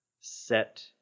set